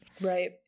right